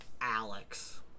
Alex